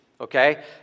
okay